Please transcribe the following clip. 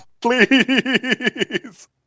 please